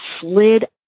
slid